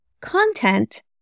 content